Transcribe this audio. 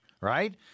right